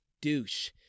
douche